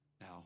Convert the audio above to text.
Now